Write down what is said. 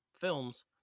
films